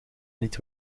niet